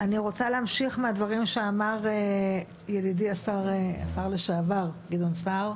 אני רוצה להמשיך מהדברים שאמר ידידי השר לשעבר גדעון סער,